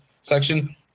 section